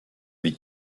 lui